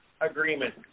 agreement